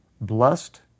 Blessed